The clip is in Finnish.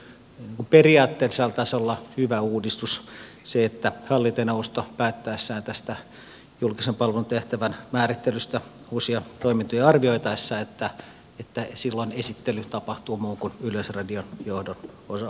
mielestäni myös periaatteellisella tasolla on hyvä uudistus että kun hallintoneuvosto päättää julkisen palvelun tehtävän määrittelystä uusia toimintoja arvioitaessa silloin esittely tapahtuu muun kuin yleisradion johdon osalta